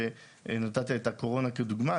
שנתת את הקורונה כדוגמה.